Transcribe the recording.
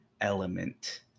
element